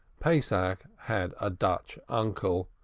pesach had a dutch uncle,